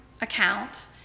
account